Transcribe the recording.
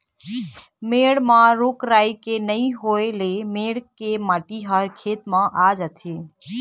मेड़ म रूख राई के नइ होए ल मेड़ के माटी ह खेत म आ जाथे